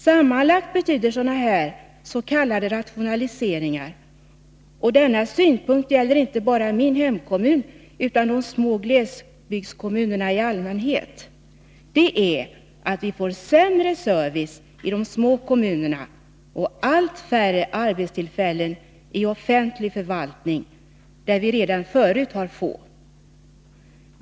Sammanlagt betyder sådana här s.k. rationaliseringar — och denna synpunkt gäller inte bara min hemkommun, utan de små glesbygdskommunerna i allmänhet — att vi får sämre service i de små kommunerna och allt färre arbetstillfällen i offentlig förvaltning där vi redan förut har få.